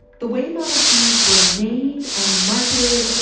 the way model ts were made and marketed,